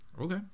Okay